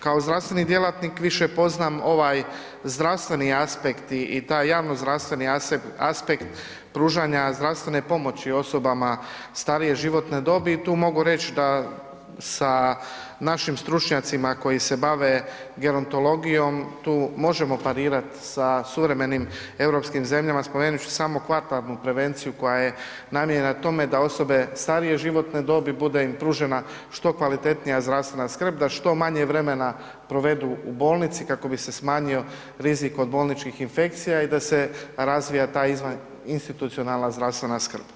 Kao zdravstveni djelatnik više poznam ovaj zdravstveni aspekt i taj javno zdravstveni aspekt pružanja zdravstvene pomoći osobama starije životne dobi i tu mogu reći da sa našim stručnjacima koji se bave gerontologijom tu možemo parirati sa suvremenim europskim zemljama spomenut ću samo kvartarnu prevenciju koja je namijenjena tome da osobe starije životne dobi bude im pružena što kvalitetnija zdravstvena skrb da što manje vremena provedu u bolnici kako bi se smanjio rizik od bolničkih infekcija i da se razvija ta izvaninstitucionalna zdravstvena skrb.